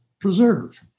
preserve